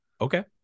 okay